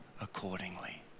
accordingly